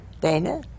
Dana